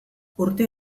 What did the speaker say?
urte